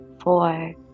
four